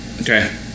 Okay